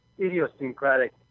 Idiosyncratic